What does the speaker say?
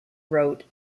wrote